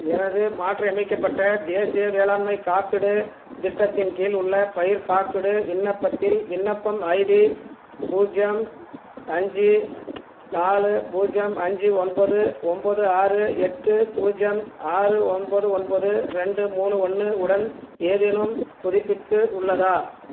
எனது மாற்றியமைக்கப்பட்ட தேசிய வேளாண்மை காப்பீடுத் திட்டத்தின் கீழ் உள்ள பயிர்க் காப்பீடு விண்ணப்பத்தில் விண்ணப்பம் ஐடி பூஜ்ஜியம் அஞ்சு நாலு பூஜ்ஜியம் அஞ்சு ஒன்பது ஒம்பது ஆறு எட்டு பூஜ்ஜியம் ஆறு ஒன்பது ஒன்பது ரெண்டு மூணு ஒன்று உடன் ஏதேனும் புதுப்பிப்பு உள்ளதா